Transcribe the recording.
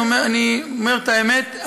אני אומר את האמת,